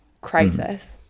crisis